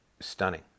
Stunning